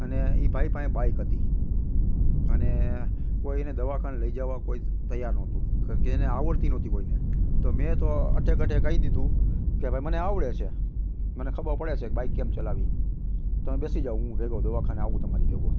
અને એ ભાઈ પાસે બાઇક હતી અને કોઈ એને દવાખાને લઈ જવા કોઈ તૈયાર નહોતું કારણ કે એને આવડતી નહોતી કોઈને તો મેં તો અઠે કઠે કહી દીધું કે ભાઈ મને આવડે છે મને ખબર પડે છે કે બાઇક કેમ ચલાવવી તમે બેસી જાઓ હું ભેગો દવાખાને આવું તમારી ભેગો